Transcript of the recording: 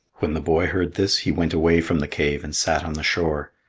when the boy heard this, he went away from the cave and sat on the shore.